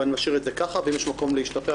אני משאיר את זה ככה ואם יש מקום להשתפר,